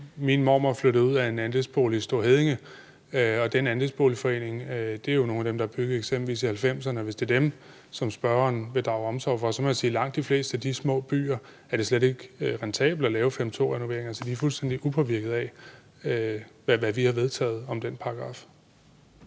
snak. Min mormor flyttede ud af en andelsbolig i Store Heddinge, og den andelsboligforening er en del af dem, der er bygget eksempelvis i 1990'erne. Hvis det er dem, som spørgeren vil drage omsorg for, så må jeg sige, at i langt de fleste af de små byer er det slet ikke rentabelt at lave § 5, stk. 2-renoveringer, så de er fuldstændig upåvirket af, hvad vi har vedtaget i forbindelse